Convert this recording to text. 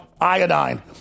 iodine